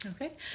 Okay